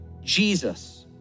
Jesus